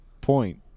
point